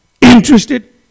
interested